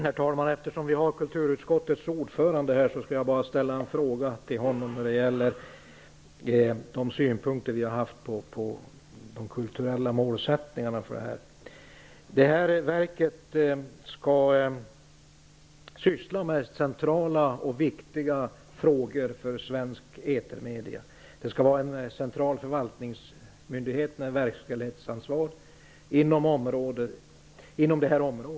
Herr talman! Eftersom vi har kulturutskottets ordförande här vill jag ställa en fråga till honom när det gäller de synpunkter vi har haft på de kulturella målsättningarna. Verket skall syssla med frågor som är centrala och viktiga för svenska etermedier. Det skall vara en central förvaltningsmyndighet med verkställighetsansvar inom området.